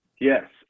yes